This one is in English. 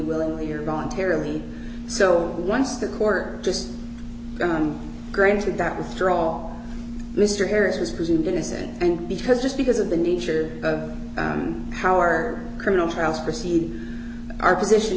willingly or voluntarily so once the court just granted that withdraw mr harris was presumed innocent and because just because of the nature of how our criminal trials proceed our position